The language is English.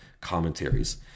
commentaries